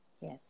Yes